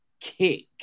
kick